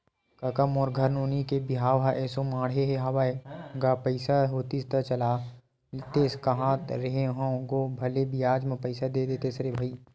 कका मोर घर नोनी के बिहाव ह एसो माड़हे हवय गा पइसा होतिस त चलातेस कांहत रेहे हंव गो भले बियाज म पइसा दे देतेस रे भई